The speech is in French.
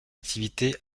activité